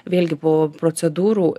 vėlgi po procedūrų